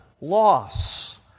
loss